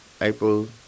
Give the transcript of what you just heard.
April